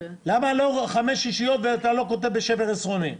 למה אתה לא כותב בשבר עשרוני?